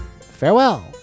Farewell